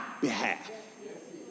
behalf